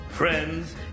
Friends